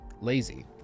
Lazy